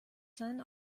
seinen